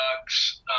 Ducks